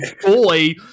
Boy